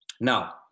Now